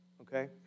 okay